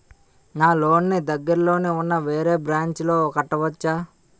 నా లోన్ నీ దగ్గర్లోని ఉన్న వేరే బ్రాంచ్ లో కట్టవచా?